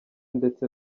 ndetse